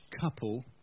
couple